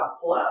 flow